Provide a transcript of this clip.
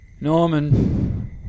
Norman